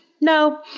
no